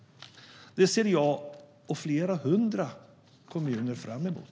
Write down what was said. Det ser jag och flera hundra kommuner fram emot.